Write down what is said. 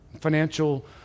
financial